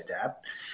adapt